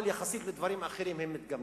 אבל יחסית לדברים אחרים הם מתגמדים.